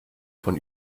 von